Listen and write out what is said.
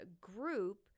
group